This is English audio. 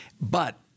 But-